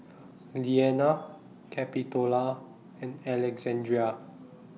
Leanna Capitola and Alexandrea